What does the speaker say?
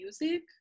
music